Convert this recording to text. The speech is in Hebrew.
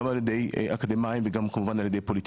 גם על ידי אקדמאים וכמובן גם על ידי פוליטיקאים.